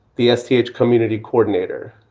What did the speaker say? the sdh community coordinator,